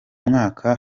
mwaka